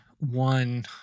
One